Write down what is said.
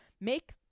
make